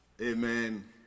Amen